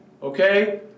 Okay